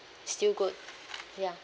still good ya